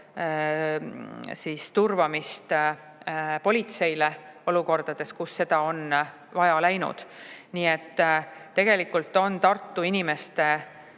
turvamist politseile olukordades, kus seda on vaja läinud. Nii et tegelikult on Tartu inimestele